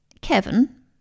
Kevin